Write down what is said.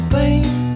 Blame